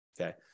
okay